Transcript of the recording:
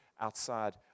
outside